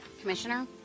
Commissioner